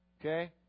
okay